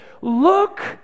look